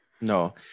no